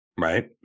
Right